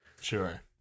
Sure